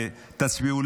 ותצביעו.